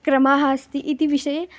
क्रमः अस्ति इति विषये